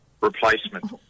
replacement